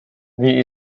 wie